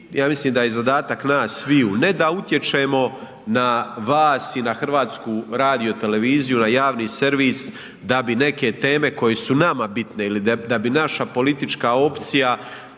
ja mislim da je zadatak nas sviju ne da utječemo na vas i na HRT na javni servis da bi neke teme koje su nama bitne ili da bi naša politička opcija